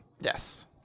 Yes